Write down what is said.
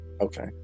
Okay